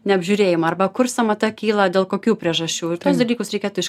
neapžiūrėjimų arba kur sąmata kyla dėl kokių priežasčių ir tuos dalykus reikėtų iš